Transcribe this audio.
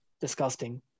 disgusting